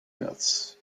märz